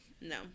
no